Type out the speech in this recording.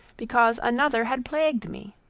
because another had plagued me.